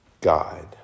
God